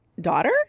daughter